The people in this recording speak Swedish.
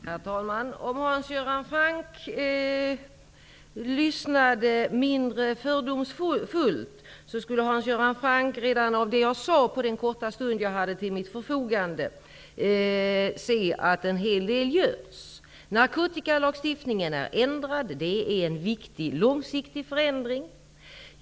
Herr talman! Om Hans Göran Franck kunde lyssna mindre fördomsfullt skulle han redan av det jag sade under den korta stund som stod till mitt förfogande ha förstått att det är en hel del som görs. Narkotikalagstiftningen är ändrad. Det är en viktig långsiktig förändring.